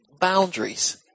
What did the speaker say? boundaries